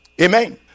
Amen